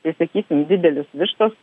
tai sakysim didelius vištos